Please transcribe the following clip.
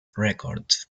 records